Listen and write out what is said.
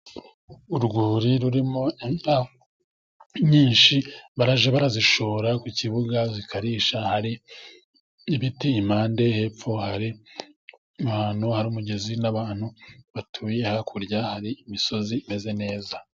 Urwuri rurimo inka nyinshi bajya bazishora ku kibuga zikarisha hari ibiti impande, hepfo hari ahantu hari umugezi n'abantu batuye hakurya hari imisozi imeze neza.